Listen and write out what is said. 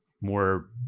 more